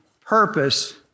purpose